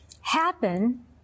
happen